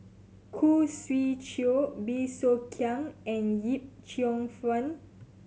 Khoo Swee Chiow Bey Soo Khiang and Yip Cheong Fun